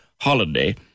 holiday